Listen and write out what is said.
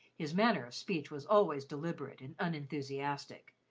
his manner of speech was always deliberate and unenthusiastic,